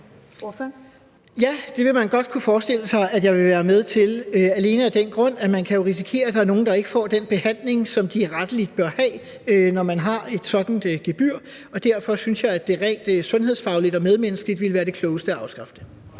Ja, det ville man godt kunne forestille sig at jeg ville være med til – alene af den grund, at man jo kan risikere, at der er nogle, der ikke får den behandling, som de rettelig bør have, når man har et sådant gebyr. Derfor synes jeg, det rent sundhedsfagligt og medmenneskeligt ville være det klogeste at afskaffe det.